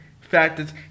factors